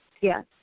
Yes